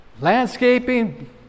landscaping